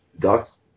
Ducks